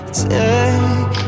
Take